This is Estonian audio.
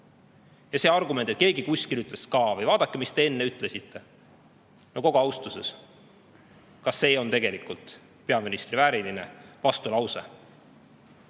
suuda. Argument, et keegi kuskil ütles ka või vaadake, mis te enne ütlesite – no hoolimata kogu austusest: kas see on tegelikult peaministrivääriline vastulause?